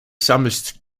sammelst